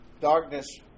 darkness